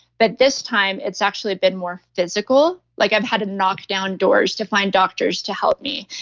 but this time it's actually been more physical. like i've had to knock down doors to find doctors to help me.